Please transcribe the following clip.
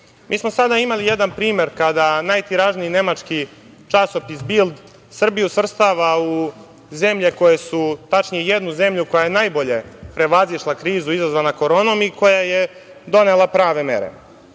Mi smo sada imali jedan primer, kada najtiražniji nemački časopis „Bild“ Srbiju svrstava u jednu zemlju koja je najbolje prevazišla krizu izazvanom koronom i koja je donela prave mere. To